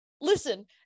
Listen